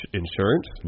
insurance